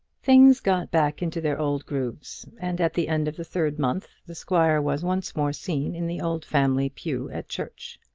things got back into their old grooves, and at the end of the third month the squire was once more seen in the old family pew at church.